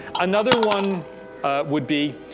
another one would be,